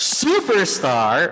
superstar